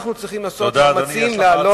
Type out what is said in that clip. אנחנו צריכים לעשות מאמצים להעלות,